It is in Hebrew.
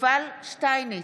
יובל שטייניץ,